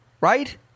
Right